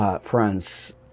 friends